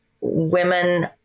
women